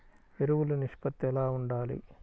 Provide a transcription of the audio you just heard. ఎరువులు నిష్పత్తి ఎలా ఉండాలి?